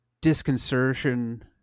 disconcertion